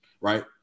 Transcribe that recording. right